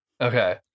Okay